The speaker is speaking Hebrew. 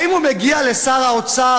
האם הוא מגיע לשר האוצר,